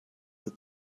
the